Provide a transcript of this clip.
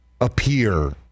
appear